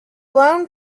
lone